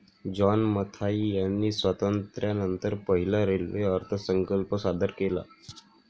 John Mathai यांनी स्वातंत्र्यानंतर पहिला रेल्वे अर्थसंकल्प सादर केला